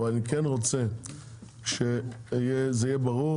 אבל אני כן רוצה שזה יהיה ברור,